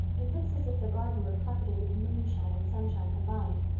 it looks as if the garden were carpeted with moonshine and sunshine combined.